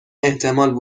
احتمال